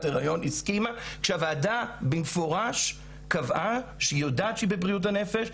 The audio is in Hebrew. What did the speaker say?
הריון - כשהוועדה קבעה במפורש שהיא יודעת שהאישה בבריאות הנפש.